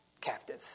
captive